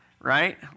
right